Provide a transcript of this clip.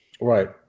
Right